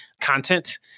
content